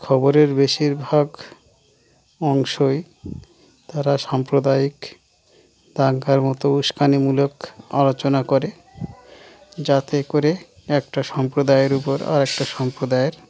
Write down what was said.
খবরের বেশিরভাগ অংশই তারা সাম্প্রদায়িক দাঙ্গার মতো উস্কানিমূলক আলোচনা করে যাতে করে একটা সম্প্রদায়ের উপর আরে একটা সম্প্রদায়ের